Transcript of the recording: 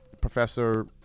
professor